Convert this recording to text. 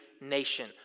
nation